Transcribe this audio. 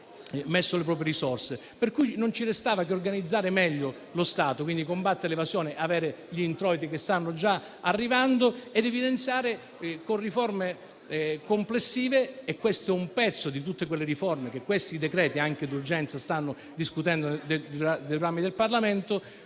messo le proprie risorse. Per cui non ci restava che organizzare meglio lo Stato; combattere l'evasione e avere gli introiti che stanno già arrivando; evidenziare con riforme complessive - e questo è un pezzo di tutte quelle riforme che in questi provvedimenti d'urgenza si stanno discutendo nei due rami del Parlamento